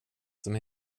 som